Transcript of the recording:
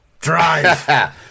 Drive